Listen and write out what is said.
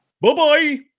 Bye-bye